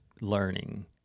learning